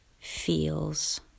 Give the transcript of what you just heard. feels